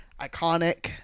iconic